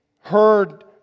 heard